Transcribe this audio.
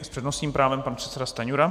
S přednostním právem pan předseda Stanjura.